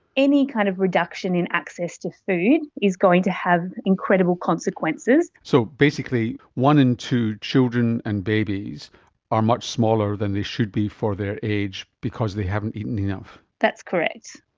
any kind of reduction in access to food is going to have incredible consequences. so basically one in two children and babies are much smaller than they should be for their age because they haven't eaten enough. that's correct.